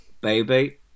baby